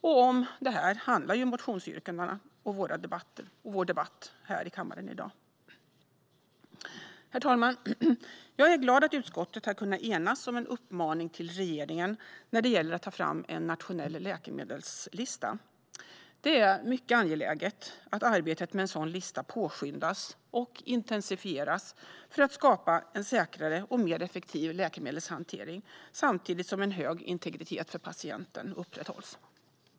Om det här handlar motionsyrkandena och vår debatt här i kammaren i dag. Herr talman! Jag är glad att utskottet har kunnat enas om en uppmaning till regeringen när det gäller att ta fram en nationell läkemedelslista. Det är mycket angeläget att arbetet med en sådan lista påskyndas och intensifieras för att skapa en säkrare och mer effektiv läkemedelshantering samtidigt som en hög integritet för patienten upprätthålls.